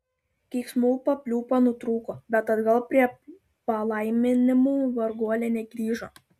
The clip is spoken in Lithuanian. keiksmų papliūpa nutrūko bet atgal prie palaiminimų varguolė negrįžo